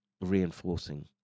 reinforcing